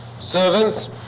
servants